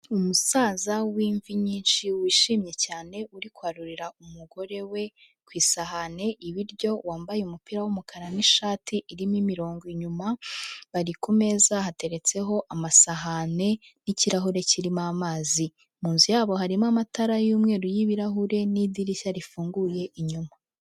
Umusaza w'imvi nyinshi, wishimye cyane, uri kwarurira umugore we ku isahani ibiryo, wambaye umupira w'umukara n'ishati irimo imirongo inyuma, bari ku meza hateretseho amasahani n'ikirahure kirimo amazi, mu nzu yabo harimo amatara y'umweru yibirahure n'idirishya rifunguye inyuma.